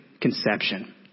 conception